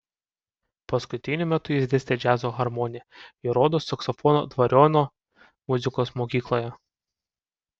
paskutiniu metu jis dėstė džiazo harmoniją ir rodos saksofoną dvariono muzikos mokykloje